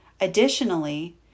Additionally